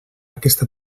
aquesta